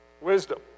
Wisdom